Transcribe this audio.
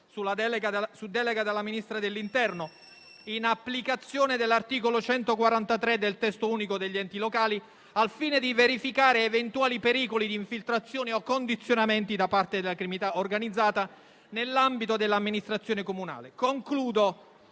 su delega della Ministra dell'interno, in applicazione dell'articolo 143 del testo unico degli enti locali, al fine di verificare eventuali pericoli di infiltrazioni o condizionamenti da parte della criminalità organizzata nell'ambito dell'amministrazione comunale. In